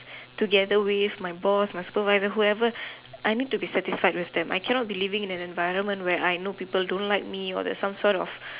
together with my boss my supervisor whoever I need to be satisfied with them I can not be living in an environment where I know people don't like me or there's some sort of